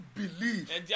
believe